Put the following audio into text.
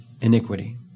iniquity